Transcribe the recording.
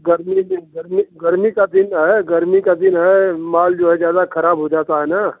गर्मी में गर्मी गर्मी का दिन है गर्मी का दिन है माल जो है ज़्यादा ख़राब हो जाता है न